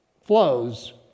flows